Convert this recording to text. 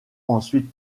ensuite